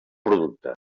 producte